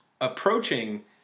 approaching